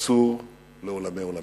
נצור לעולמי עולמים.